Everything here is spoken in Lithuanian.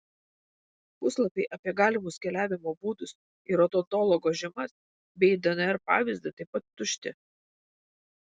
puslapiai apie galimus keliavimo būdus ir odontologo žymas bei dnr pavyzdį taip pat tušti